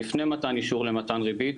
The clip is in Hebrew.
שלפני מתן אישור למתן ריבית,